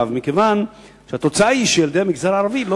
מכיוון שהתוצאה היא שילדי המגזר הערבי לא